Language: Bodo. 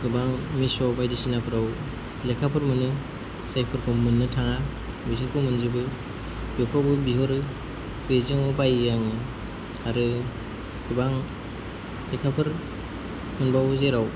गोबां मिश'आव बायदिसिनाफोराव लेखाफोर मोनो जायफोरखौ मोननो थाङा बिदिखौ मोनजोबो बेफोरावबो बिहरो बेजोंनो बायो आङो आरो गोबां लेखाफोर मोनबावो जेराव